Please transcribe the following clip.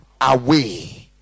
Away